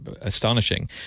astonishing